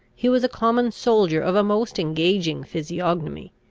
he was a common soldier of a most engaging physiognomy,